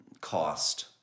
cost